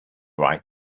right